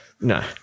no